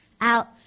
out